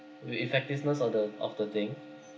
the effectiveness of the of the thing